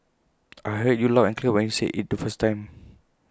I heard you loud and clear when you said IT the first time